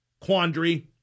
quandary